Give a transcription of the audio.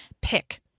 pick